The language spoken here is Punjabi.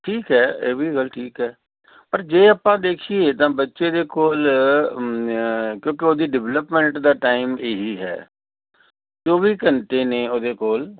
ਠੀਕ ਹੈ ਇਹ ਵੀ ਗੱਲ ਠੀਕ ਹੈ ਪਰ ਜੇ ਆਪਾਂ ਦੇਖੀਏ ਇੱਦਾਂ ਬੱਚੇ ਦੇ ਕੋਲ ਕਿਉਂਕਿ ਉਹਦੀ ਡਿਵਲਪਮੈਂਟ ਦਾ ਟਾਈਮ ਇਹੀ ਹੈ ਚੌਵੀ ਘੰਟੇ ਨੇ ਉਹਦੇ ਕੋਲ